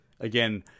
Again